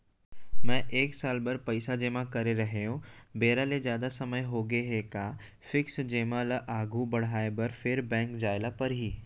मैं एक साल बर पइसा जेमा करे रहेंव, बेरा ले जादा समय होगे हे का फिक्स जेमा ल आगू बढ़ाये बर फेर बैंक जाय ल परहि?